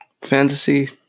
Fantasy